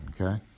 okay